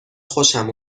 خوشم